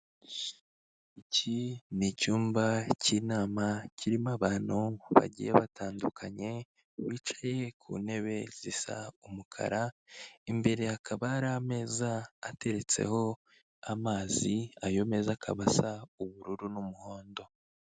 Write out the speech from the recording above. Iki ni icyumba k'inama kirimo abantu bagiye batandukanye bicaye ku ntebe zisa umukara, imbere hakaba hari ameza ateretseho amazi ayo meza akaba asa ubururu n'umuhondo.